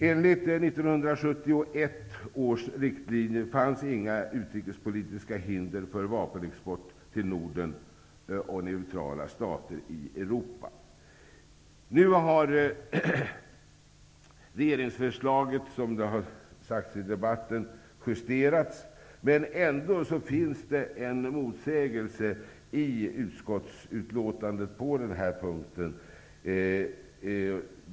Enligt 1971 års riktlinjer fanns inte utrikespolitiska hinder för vapenexport till Norden och neutrala stater i Europa. Nu har regeringsförslaget, som det har sagts i debatten, justerats. Men det finns ändå en motsägelse i utskottsutlåtandet på den här punkten.